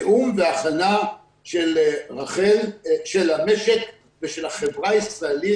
התיאום וההכנה של המשק ושל החברה הישראלית,